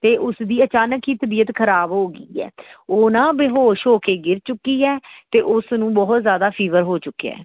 ਅਤੇ ਉਸ ਦੀ ਅਚਾਨਕ ਹੀ ਤਬੀਅਤ ਖਰਾਬ ਹੋ ਗਈ ਹੈ ਉਹ ਨਾ ਬੇਹੋਸ਼ ਹੋ ਕੇ ਗਿਰ ਚੁੱਕੀ ਹੈ ਅਤੇ ਉਸ ਨੂੰ ਬਹੁਤ ਜ਼ਿਆਦਾ ਫੀਵਰ ਹੋ ਚੁੱਕਿਆ ਹੈ